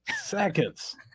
seconds